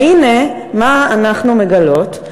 והנה, מה אנחנו מגלות?